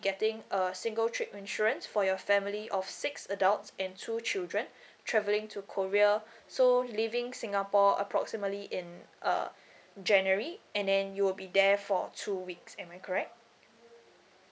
getting a single trip insurance for your family of six adults and two children travelling to korea so leaving singapore approximately in uh january and then you will be there for two weeks am I correct